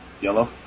yellow